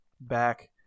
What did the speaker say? back